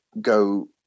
go